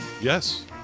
yes